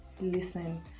listen